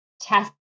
test